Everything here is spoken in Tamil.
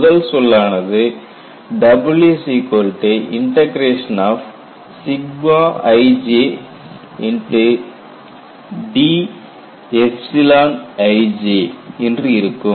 முதல் சொல்லானது என்று இருக்கும்